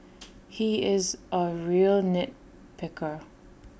he is A real nit picker